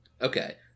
Okay